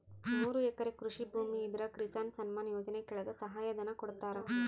ಮೂರು ಎಕರೆ ಕೃಷಿ ಭೂಮಿ ಇದ್ರ ಕಿಸಾನ್ ಸನ್ಮಾನ್ ಯೋಜನೆ ಕೆಳಗ ಸಹಾಯ ಧನ ಕೊಡ್ತಾರ